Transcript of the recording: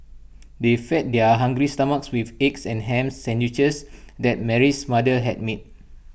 they fed their hungry stomachs with the egg and Ham Sandwiches that Mary's mother had made